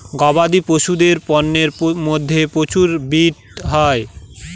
গবাদি পশুদের পন্যের মধ্যে প্রচুর ব্রিড হয়